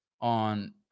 on –